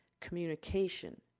communication